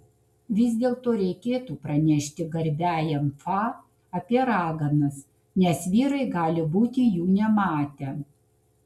vis dėlto reikėtų pranešti garbiajam fa apie raganas nes vyrai gali būti jų nematę